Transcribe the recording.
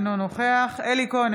אינו נוכח אלי כהן,